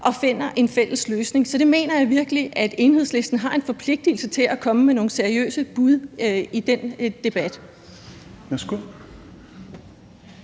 og finder en fælles løsning. Så jeg mener virkelig, at Enhedslisten har en forpligtigelse til at komme med nogle seriøse bud i den debat.